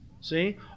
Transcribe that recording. See